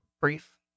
brief